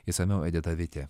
išsamiau edita vitė